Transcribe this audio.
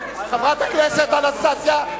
חברת הכנסת אנסטסיה,